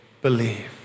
Believe